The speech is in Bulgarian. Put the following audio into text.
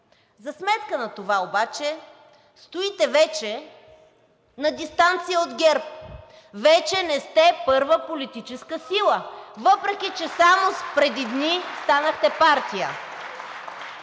За сметка на това обаче стоите вече на дистанция от ГЕРБ, вече не сте първа политическа сила, въпреки че само преди дни станахте партия.